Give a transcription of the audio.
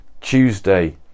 Tuesday